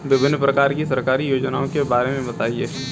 विभिन्न प्रकार की सरकारी योजनाओं के बारे में बताइए?